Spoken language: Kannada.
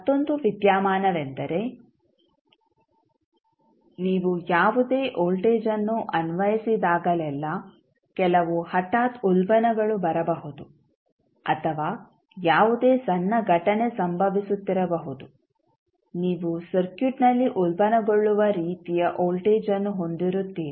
ಮತ್ತೊಂದು ವಿದ್ಯಮಾನವೆಂದರೆ ನೀವು ಯಾವುದೇ ವೋಲ್ಟೇಜ್voltage ಅನ್ನು ಅನ್ವಯಿಸಿದಾಗಲೆಲ್ಲಾ ಕೆಲವು ಹಠಾತ್ ಉಲ್ಬಣಗಳು ಬರಬಹುದು ಅಥವಾ ಯಾವುದೇ ಸಣ್ಣ ಘಟನೆ ಸಂಭವಿಸುತ್ತಿರಬಹುದು ನೀವು ಸರ್ಕ್ಯೂಟ್ನಲ್ಲಿ ಉಲ್ಬಣಗೊಳ್ಳುವ ರೀತಿಯ ವೋಲ್ಟೇಜ್ಅನ್ನು ಹೊಂದಿರುತ್ತೀರಿ